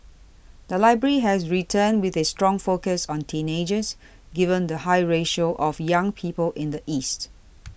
the library has returned with a strong focus on teenagers given the high ratio of young people in the east